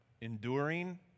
enduring